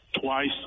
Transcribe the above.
twice